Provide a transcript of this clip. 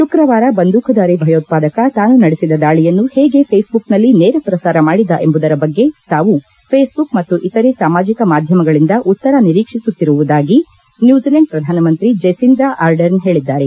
ಶುಕ್ರವಾರ ಬಂದೂಕುಧಾರಿ ಭಯೋತ್ಪಾದಕ ತಾನು ನಡೆಸಿದ ದಾಳಿಯನ್ನು ಹೇಗೆ ಫೇಸ್ಬುಕ್ನಲ್ಲಿ ನೇರ ಪ್ರಸಾರ ಮಾಡಿದ ಎಂಬುದರ ಬಗ್ಗೆ ತಾವು ಫೇಸ್ಬುಕ್ ಮತ್ತು ಇತರೆ ಸಾಮಾಜಿಕ ಮಾಧ್ಯಮಗಳಿಂದ ಉತ್ತರ ನಿರೀಕ್ಷಿಸುತ್ತಿರುವುದಾಗಿ ನ್ನೂಜಿಲೆಂಡ್ ಪ್ರಧಾನಮಂತ್ರಿ ಜೆಸಿಂದಾ ಆರ್ಡೆರ್ನ್ ಹೇಳಿದ್ದಾರೆ